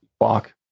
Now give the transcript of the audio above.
walk